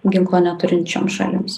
ginklo neturinčioms šalims